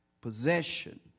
possession